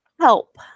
help